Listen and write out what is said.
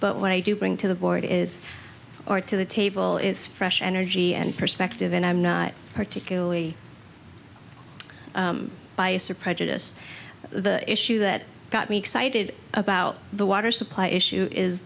but what i do bring to the board is or to the table is fresh energy and perspective and i'm not particularly bias or prejudice the issue that got me excited about the water supply issue is